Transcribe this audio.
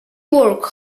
work